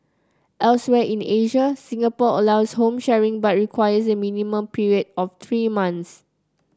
elsewhere in Asia Singapore allows home sharing but requires a minimum period of three months